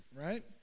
right